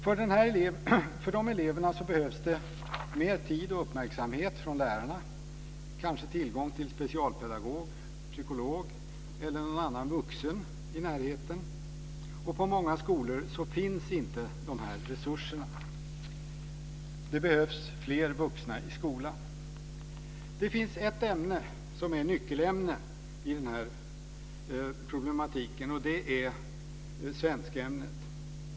För dessa elever behövs mer tid och uppmärksamhet från lärarna, kanske tillgång till specialpedagog, psykolog eller någon annan vuxen i närheten. På många skolor finns inte dessa resurser. Det behövs fler vuxna i skolan. Det finns ett ämne som är nyckelämne i den här problematiken, och det är svenskämnet.